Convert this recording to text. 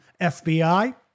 FBI